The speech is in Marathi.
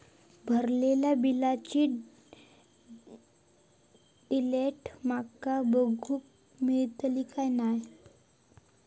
भरलेल्या बिलाची डिटेल माका बघूक मेलटली की नाय?